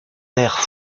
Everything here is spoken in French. père